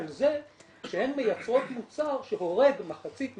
על זה שהן מייצרות מוצר שהורג מחצית מהמשתמשים,